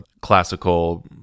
classical